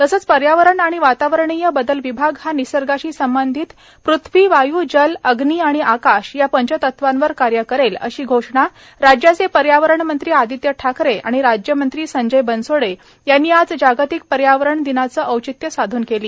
तसेच पर्यावरण आणि वातावरणीय बदल विभाग हा निसर्गाशी संबंधित पृथ्वी वायू जल अग्नी आणि आकाश या पंचतत्वांवर कार्य करेल अशी घोषणा राज्याचे पर्यावरण मंत्री आदित्य ठाकरे आणि राज्यमंत्री संजय बनसोडे यांनी आज जागतिक पर्यावरण दिनाचे औचित्य साधन केली